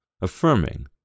Affirming